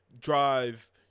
drive